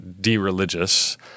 de-religious